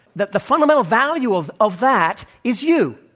that the fundamental value of of that is you.